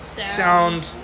sound